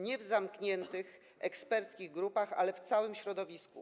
Nie w zamkniętych, eksperckich grupach, ale w całym środowisku.